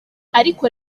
ariko